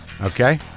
Okay